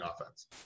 offense